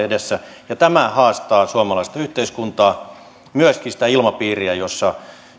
edessä ja tämä haastaa suomalaista yhteiskuntaa myöskin sitä ilmapiiriä